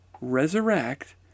resurrect